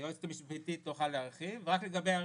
היועצת המשפטית תוכל להרחיב לגבי זה.